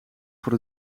voor